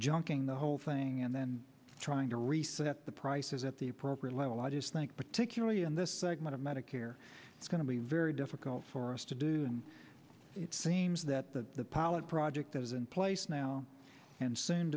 junking the whole thing and then trying to reset the prices at the appropriate level i just think particularly in this segment of medicare it's going to be very difficult for us to do and it seems that the pilot project that is in place now and s